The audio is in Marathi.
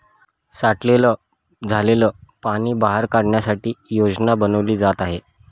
साठलेलं झालेल पाणी बाहेर काढण्यासाठी योजना बनवली जात आहे